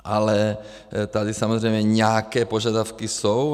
Ale tady samozřejmě nějaké požadavky jsou.